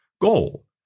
goal